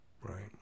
right